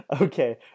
okay